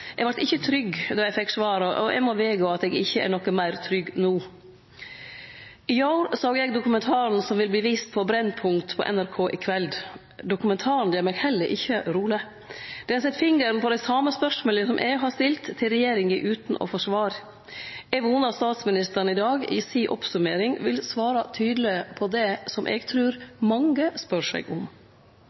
Eg vart ikkje trygg då eg fekk svaret, og eg må vedgå at eg ikkje er noko meir trygg no. Eg såg dokumentaren som vil verte vist på Brennpunkt på NRK i kveld. Dokumentaren gjer meg heller ikkje roleg. Han set fingeren på dei same spørsmåla som eg har stilt til regjeringa utan å få svar. Eg vonar statsministeren i dag i si oppsummering vil svare tydeleg på det som eg trur mange spør seg om.